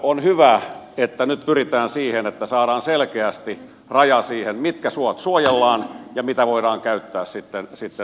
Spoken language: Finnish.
on hyvä että nyt pyritään siihen että saadaan selkeästi raja siihen mitkä suot suojellaan ja mitä voidaan käyttää turvetuotantoon